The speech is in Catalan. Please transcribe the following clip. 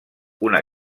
una